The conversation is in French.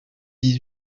dix